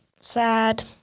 Sad